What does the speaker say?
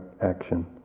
action